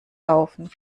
laufen